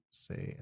say